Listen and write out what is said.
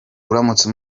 uramutse